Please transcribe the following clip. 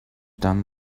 done